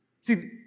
See